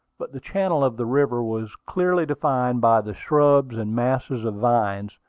but the channel of the river was clearly defined by the shrubs and masses of vines,